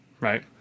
right